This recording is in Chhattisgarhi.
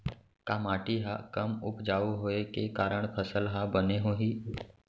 का माटी हा कम उपजाऊ होये के कारण फसल हा बने होही?